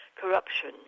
corruption